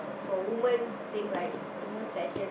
for women's thing right women session